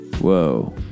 Whoa